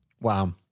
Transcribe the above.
Wow